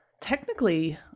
technically